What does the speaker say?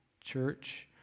church